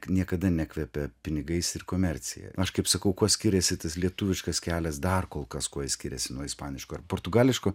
niekada nekvepia pinigais ir komercija aš kaip sakau kuo skiriasi tas lietuviškas kelias dar kol kas kuo jis skiriasi nuo ispaniško ar portugališko